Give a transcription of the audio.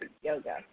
Yoga